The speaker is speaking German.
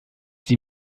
sie